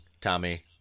Tommy